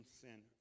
sin